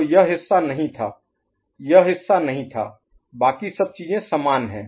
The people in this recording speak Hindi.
तो यह हिस्सा नहीं था यह हिस्सा नहीं था बाकी सब चीजें समान हैं